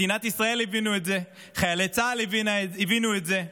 מדינת ישראל הבינה את זה, חיילי צה"ל הבינו את זה,